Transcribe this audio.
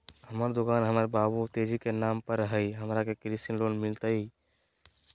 हमर दुकान हमर बाबु तेजी के नाम पर हई, हमरा के कृषि लोन मिलतई?